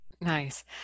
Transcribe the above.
Nice